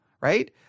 right